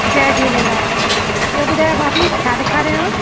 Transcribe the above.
जय झूलेलाल ॿियों ॿुधायो भाभी छा ॾेखारियांव